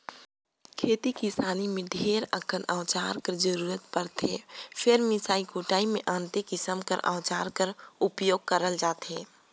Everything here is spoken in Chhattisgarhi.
खेती किसानी मे ढेरे अकन अउजार कर जरूरत परथे फेर मिसई कुटई मे अन्ते किसिम कर अउजार कर उपियोग करल जाथे